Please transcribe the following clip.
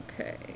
okay